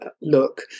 look